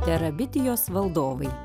terabitijos valdovai